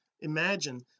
imagine